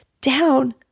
down